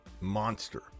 monster